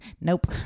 nope